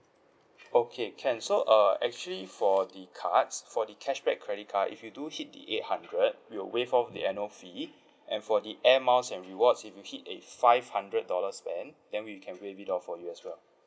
okay can so uh actually for the cards for the cashback credit card if you do hit the eight hundred we will waive off the annual fee and for the air miles and rewards if you hit a five hundred dollars spend then we can waive it off for you as well